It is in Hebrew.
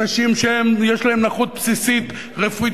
אנשים שיש להם נכות בסיסית רפואית,